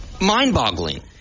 Mind-boggling